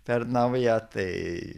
per naują tai